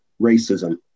racism